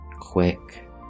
quick